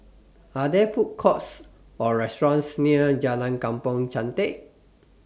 Are There Food Courts Or restaurants near Jalan Kampong Chantek